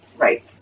right